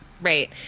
Right